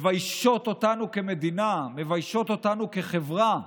מביישות אותנו כמדינה, מביישות אותנו כחברה.